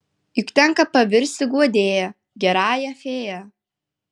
juk tenka pavirsti guodėja gerąją fėja